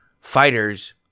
fighters